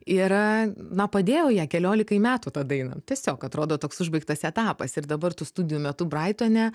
yra na padėjau ją keliolikai metų tą dainą tiesiog atrodo toks užbaigtas etapas ir dabar tų studijų metu braitone